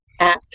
apps